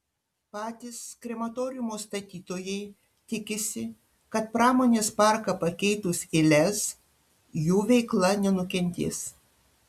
patys krematoriumo statytojai tikisi kad pramonės parką pakeitus į lez jų veikla nenukentės